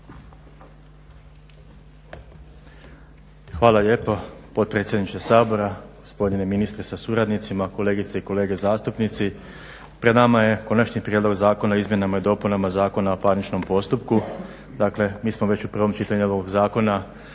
Hvala lijepo potpredsjedniče Sabora, gospodine ministre sa suradnicima, kolegice i kolege zastupnici. Pred nama je Konačni prijedlog zakona o izmjenama i dopunama zakona o parničnom postupku. Dakle mi smo već u prvom čitanju ovog zakona